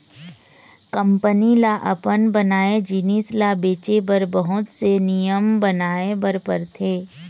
company ल अपन बनाए जिनिस ल बेचे बर बहुत से नियम बनाए बर परथे